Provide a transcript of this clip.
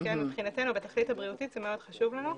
זה כן מבחינתנו בתכלית הבריאותית זה מאוד חשוב לנו.